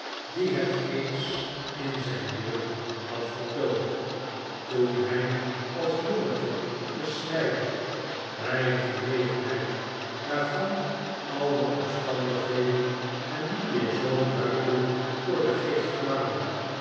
dien het eens in zijn jeugd had vertoond toen hij als jongetje geschreid had bij een gelegenheid waarvan al de omstandigheden hem nu weer zoo duidelijk voor den geest kwamen